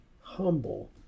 humble